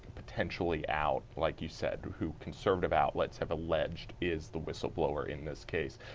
potentially out, like you said, who conservative outlets have alleged is the whistleblower in this case.